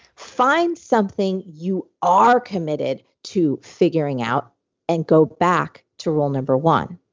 find something you are committed to figuring out and go back to rule number one.